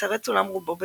הסרט צולם רובו בוורשה,